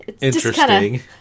interesting